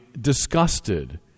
disgusted